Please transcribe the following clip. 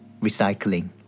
recycling